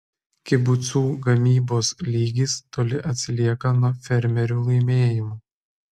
kibucų gamybos lygis toli atsilieka nuo fermerių laimėjimų